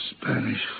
Spanish